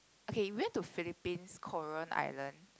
okay we went to Philippines Coron Island